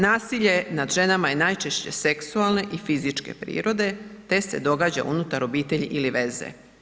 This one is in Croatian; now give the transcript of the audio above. Nasilje nad ženama je najčešće seksualne i fizičke prirode te se događa unutar obitelji ili veze.